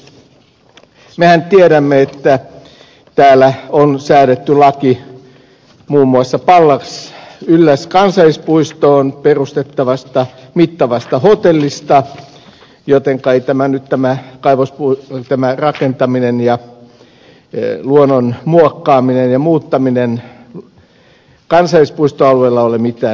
mehän tiedämme että täällä on säädetty laki muun muassa pallasylläs kansallispuistoon perustettavasta mittavasta hotellista jotenka ei tämä kaivosrakentaminen ja luonnon muokkaaminen ja muuttaminen kansallispuistoalueella ole mitään uutta